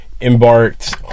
embarked